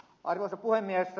arvoisa puhemies